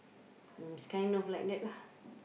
mm is kind of like that lah